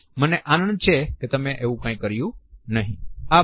મને આનંદ છે કે તમે એવું કઈ ન કર્યું આભાર